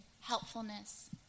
helpfulness